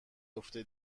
افته